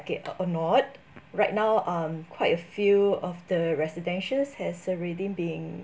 okay uh or not right now um quite a few of the residentials has already been